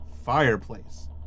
Fireplace